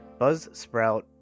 Buzzsprout